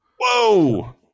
whoa